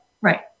Right